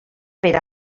per